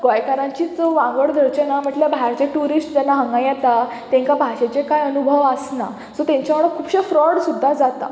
गोंयकारांचीच वांगड धरचें ना म्हटल्यार भायरचें ट्युरिस्ट जेन्ना हांगा येता तेंकां भाशेचें कांय अनुभव आसना सो तेंच्या वांगडा खुबशें फ्रॉड सुद्दां जाता